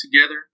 together